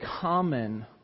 common